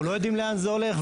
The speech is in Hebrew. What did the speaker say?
אנחנו לא יודעים לאן זה הולך.